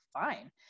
fine